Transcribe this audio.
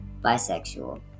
bisexual